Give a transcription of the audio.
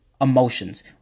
emotions